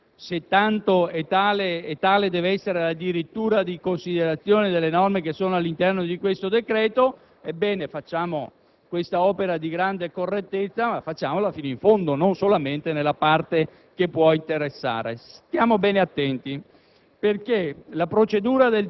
proposto. Se tanta e tale deve essere la dirittura di considerazione delle norme che sono all'interno di questo decreto, ebbene, facciamo allora questa opera di grande correttezza, ma facciamola fino in fondo, non solamente nella parte che può interessare. Stiamo bene attenti